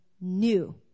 new